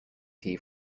tea